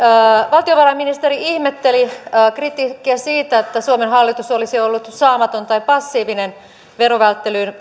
valtiovarainministeri ihmetteli kritiikkiä siitä että suomen hallitus olisi ollut saamaton tai passiivinen verovälttelyyn